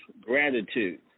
gratitude